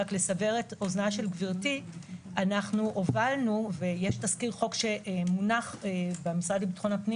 אנחנו הובלנו ויש תזכיר חוק שמונח במשרד לביטחון הפנים